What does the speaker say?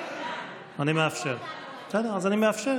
לאפשר דקה נוספת,